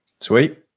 Sweet